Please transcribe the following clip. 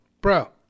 bro